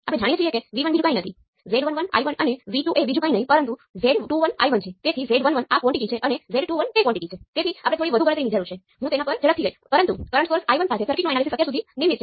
એ જ રીતે H એ G મેટ્રિક્સનો ઈન્વર્સ છે અથવા G એ H મેટ્રિક્સનો ઈન્વર્સ છે